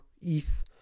ETH